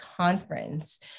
Conference